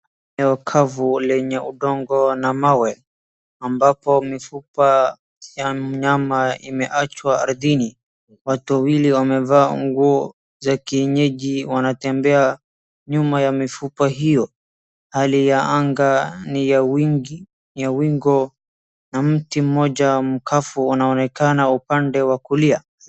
Eneo kavu lenye udongo na mawe ambapo mifupa ya mnyama imeachwa ardhini. Watu wawili wamevaa nguo za kienyeji wanatembea nyuma ya mifupa hiyo. Hali ya anga ni ya wingu na mti mmoja mkavu unaonekana upande wa kulia.